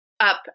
up